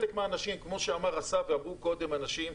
כמו שאמר השר ואמרו קודם אנשים,